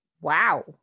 Wow